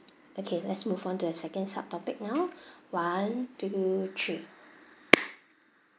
okay let's move on to the second sub topic now one two three